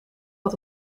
had